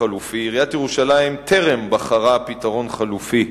ירושלים למקום חלופי?